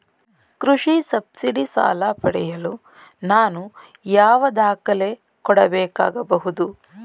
ಕೃಷಿ ಸಬ್ಸಿಡಿ ಸಾಲ ಪಡೆಯಲು ನಾನು ಯಾವ ದಾಖಲೆ ಕೊಡಬೇಕಾಗಬಹುದು?